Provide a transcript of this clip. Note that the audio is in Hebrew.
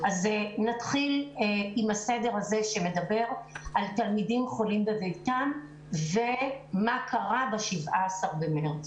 נתחיל עם הסדר הזה שמדבר על תלמידים חולים בביתם ומה קרה ב-17 במרץ.